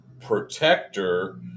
protector